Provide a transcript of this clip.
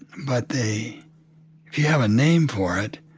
but they if you have a name for it,